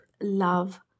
love